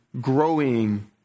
growing